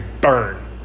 burn